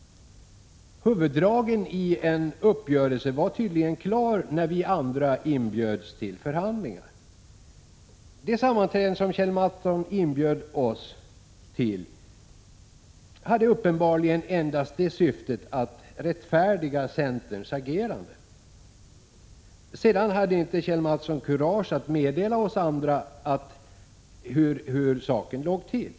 Huvuddragen i en uppgörelse var tydligen klara när vi andra inbjöds till förhandlingar. Det sammanträde som Kjell A. Mattsson inbjöd oss till hade uppenbarligen endast syftet att rättfärdiga centerns agerande. Sedan hade inte Kjell A. Mattsson kurage att meddela oss andra hur saken låg till.